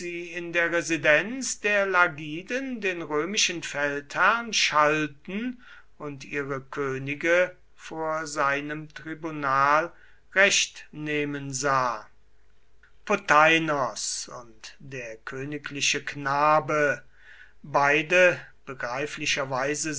in der residenz der lagiden den römischen feldherrn schalten und ihre könige vor seinem tribunal recht nehmen sah potheinos und der königliche knabe beide